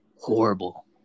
horrible